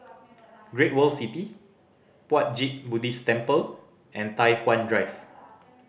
Great World City Puat Jit Buddhist Temple and Tai Hwan Drive